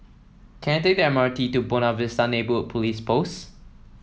can I take M R T to Buona Vista Neighbourhood Police Post